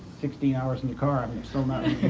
sixty hours in the car um and so